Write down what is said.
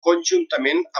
conjuntament